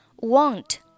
Want